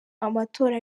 amatora